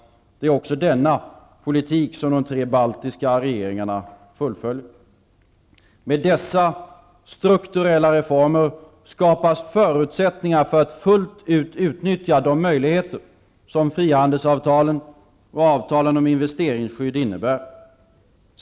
Detta är också den politik som de tre baltiska regeringarna fullföljer. Med dessa strukturella reformer skapas förutsättningar för att fullt ut utnyttja de möjligheter som frihandelsavtalen och avtalen om investeringsskydd innebär.